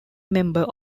member